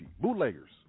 Bootleggers